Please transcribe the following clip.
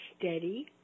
steady